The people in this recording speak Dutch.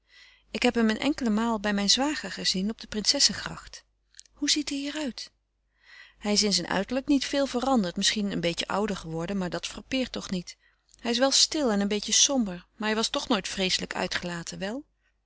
ik heb hem een enkele maal bij mijn zwager gezien op de princessegracht hoe ziet hij er uit hij is in zijn uiterlijk niet veel veranderd misschien een beetje ouder geworden maar dat frappeert toch niet hij is wel stil en een beetje somber maar hij was toch nooit vreeselijk uitgelaten wel